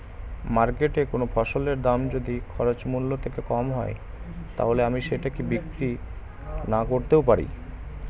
মার্কেটৈ কোন ফসলের দাম যদি খরচ মূল্য থেকে কম হয় তাহলে আমি সেটা কি বিক্রি নাকরতেও পারি?